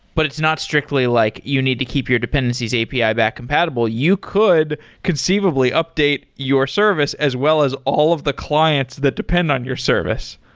but it's not strictly like you need to keep your dependencies api back compatible. you could conceivably update your service as well as all of the clients that depend on your service.